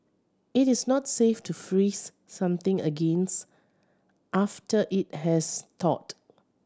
it is not safe to freeze something against after it has thawed